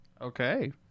Okay